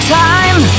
time